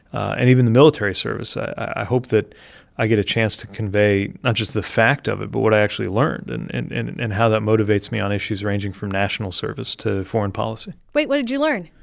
and even the military service i hope that i get a chance to convey not just the fact of it but what i actually learned and and and and and how that motivates me on issues ranging from national service to foreign policy wait what did you learn?